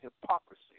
hypocrisy